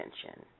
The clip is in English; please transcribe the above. attention